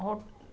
हो